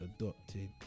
adopted